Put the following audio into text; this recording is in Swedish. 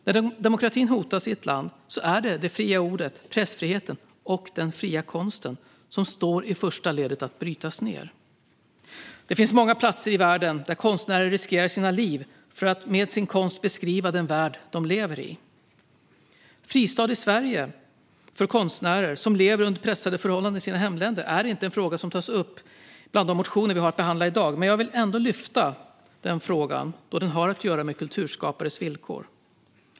När demokratin hotas i ett land är det det fria ordet, pressfriheten och den fria konsten som står i första ledet att brytas ned. Det finns många platser i världen där konstnärer riskerar sina liv för att med sin konst beskriva den värld de lever i. Att konstnärer som lever under pressade förhållanden i sina hemländer kan få en fristad i Sverige är inte en fråga som tas upp bland de motioner vi har att behandla i dag, men jag vill ändå lyfta fram den frågan, då den har att göra med kulturskapares villkor.